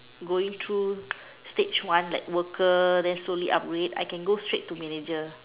going through stage one like worker then slowly upgrade I can go straight to manager